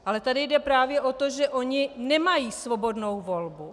Ale tady jde právě o to, že oni nemají svobodnou volbu.